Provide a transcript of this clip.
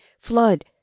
flood